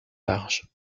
large